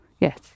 Yes